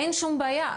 אין שום בעיה,